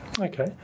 Okay